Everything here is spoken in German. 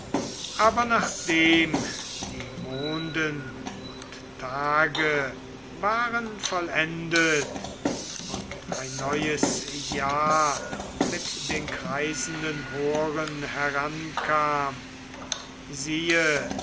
aber nachdem die monden und tage waren vollendet und ein neues jahr mit den kreisenden horen herankam siehe